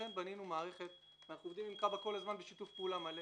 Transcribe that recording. לכן בנינו מערכת אנו עובדים עם כב"ה כל הזמן בשיתוף פעולה מלא